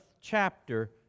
chapter